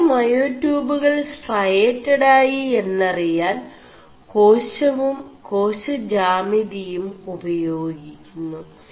എ4ത മേയാടçøബുകൾ സ്4ടയ്ഡ് ആയി എMറിയാൻ േകാശവും േകാശ ജാമിതിയും ഉപേയാഗി ുMു